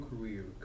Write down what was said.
career